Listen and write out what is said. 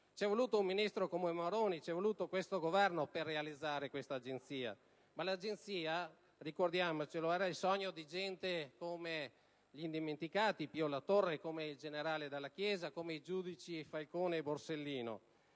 C'è voluto un Ministro come Maroni, c'è voluto questo Governo per realizzare quell'Agenzia, che era - ricordiamocelo - il sogno di gente come gli indimenticati Pio La Torre, come il generale Dalla Chiesa, i giudici Falcone e Borsellino.